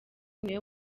niwe